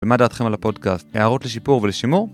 ומה דעתכם על הפודקאפט? הערות לשיפור ולשימור